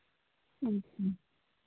ᱦᱮᱸ ᱛᱚ